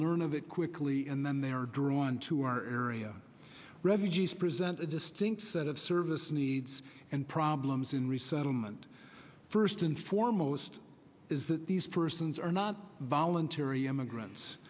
learn of it quickly and then they are drawn to our area refugees present a distinct set of service needs and problems in resettlement first and foremost is that these persons are not voluntary immigrants